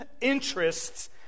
interests